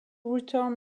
return